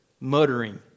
muttering